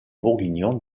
bourguignon